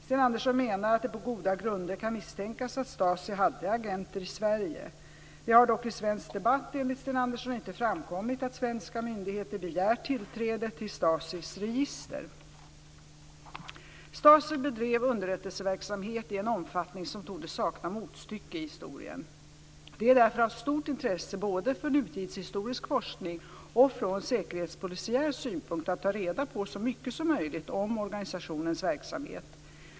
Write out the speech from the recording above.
Sten Andersson menar att det på goda grunder kan misstänkas att STASI hade agenter i Sverige. Det har dock enligt Sten Andersson i svensk debatt inte framkommit att svenska myndigheter begärt tillträde till STASI:s register. STASI bedrev underrättelseverksamhet i en omfattning som torde sakna motstycke i historien. Det är därför av stort intresse både för nutidshistorisk forskning och från säkerhetspolisiär synpunkt att ta reda på så mycket som möjligt om organisationens verksamhet.